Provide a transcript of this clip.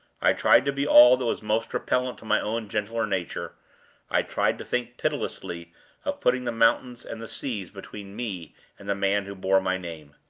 i tried to be all that was most repellent to my own gentler nature i tried to think pitilessly of putting the mountains and the seas between me and the man who bore my name.